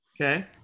Okay